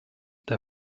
der